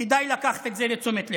כדאי לקחת את זה לתשומת הלב.